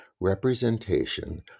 representation